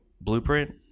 Blueprint